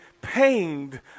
pained